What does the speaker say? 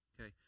Okay